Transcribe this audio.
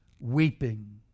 weeping